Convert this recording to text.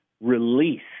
release